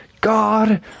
God